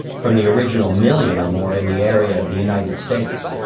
from the original million or more in the area of the united states.